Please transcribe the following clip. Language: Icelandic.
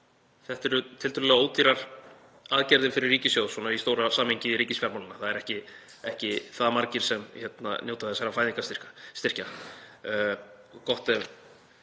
þetta eru tiltölulega ódýrar aðgerðir fyrir ríkissjóð í stóra samhengi ríkisfjármálanna. Það eru ekki það margir sem njóta þessara fæðingarstyrkja. Gott ef